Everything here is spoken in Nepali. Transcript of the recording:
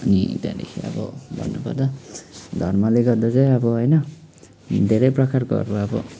अनि त्यहाँदेखि अब भन्नुपर्दा धर्मले गर्दा चाहिँ अब होइन धेरै प्रकारकोहरू अब